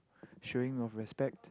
showing of respect